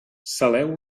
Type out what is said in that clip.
saleu